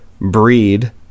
breed